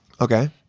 Okay